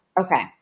Okay